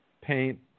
paint